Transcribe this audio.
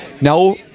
now